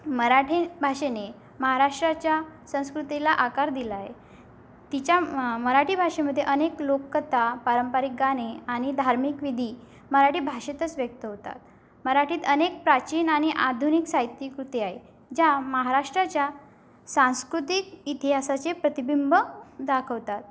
मराठी भाषेने महाराष्ट्राच्या संस्कृतीला आकार दिलाय तिच्या म मराठी भाषेमध्ये अनेक लोककता पारंपारिक गाणे आणि धार्मिक विधी मराठी भाषेतच व्यक्त होतात मराठीत अनेक प्राचीन आणि आधुनिक साहित्यकृती आ आहे ज्या महाराष्ट्राच्या सांस्कृतिक इतिहासाचे प्रतिबिंब दाखवतात